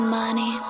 money